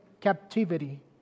captivity